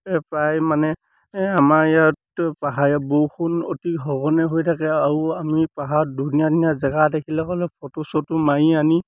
এই প্ৰায় মানে এই আমাৰ ইয়াততো পাহাৰীয়া বৰষুণ অতি সঘনে হৈ থাকে আৰু আমি পাহাৰত ধুনীয়া ধুনীয়া জেগা দেখিলে হ'লে ফটো চটো মাৰি আনি